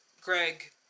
Greg